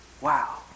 Wow